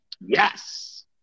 Yes